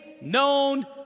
known